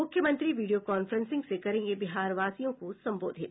मुख्यमंत्री video conferencing से करेंगे बिहारवासियों को संबोधित